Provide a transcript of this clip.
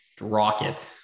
rocket